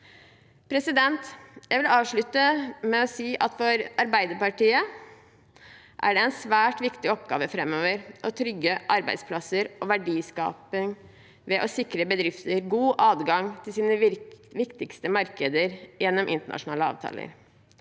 Norge vel. Jeg vil avslutte med å si at for Arbeiderpartiet er det en svært viktig oppgave framover å trygge arbeidsplasser og verdiskaping ved å sikre bedrifter god adgang til deres viktigste markeder gjennom internasjonale avtaler.